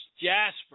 Jasper